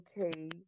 okay